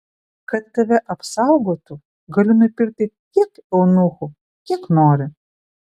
kad tave apsaugotų galiu nupirki tiek eunuchų kiek nori